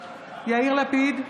יאיר לפיד,